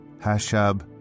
Hashab